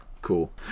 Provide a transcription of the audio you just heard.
cool